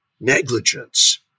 negligence